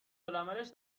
العملش